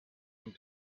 and